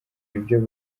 ibyo